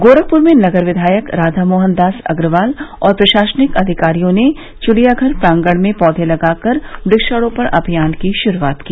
गोरखपुर में नगर विधायक राधामोहन दास अग्रवाल और प्रशासनिक अधिकारियों ने चिड़ियाघर प्रांगण में पौधे लगाकर वक्षारोपण अभियान की श्रूआत की